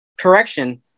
Correction